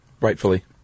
Rightfully